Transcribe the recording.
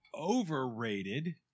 overrated